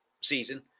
season